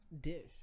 Dish